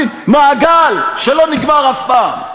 מעגל שלא נגמר אף פעם.